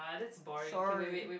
sorry